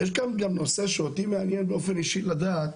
יש כאן גם נושא שאותי מעניין באופן אישי לדעת,